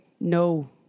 no